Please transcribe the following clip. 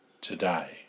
today